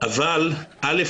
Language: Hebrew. אבל א'.